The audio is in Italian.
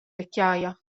vecchiaia